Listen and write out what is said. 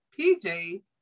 PJ